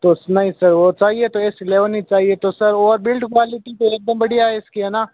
तो नहीं सर वह चाहिए तो एस एलेवन ही चाहिए तो सर और बिल्ड क्वालिटी तो एकदम बढ़िया इसकी है ना